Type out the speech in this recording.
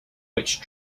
which